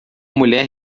mulher